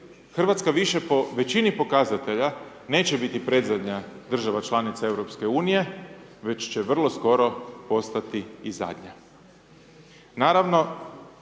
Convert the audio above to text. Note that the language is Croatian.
Hrvatska više po većini pokazatelja neće biti predzadnja država članica Europske unije, već će vrlo skoro postati i zadnja.